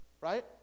right